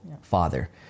father